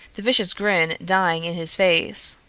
the vicious grin dying in his face.